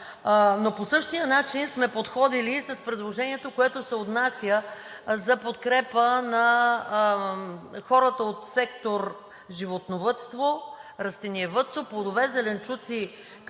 но по същия начин сме подходили с предложението, което се отнася за подкрепа на хората от сектор „Животновъдство“, „Растениевъдство“, „Плодове, зеленчуци,